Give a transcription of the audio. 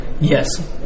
yes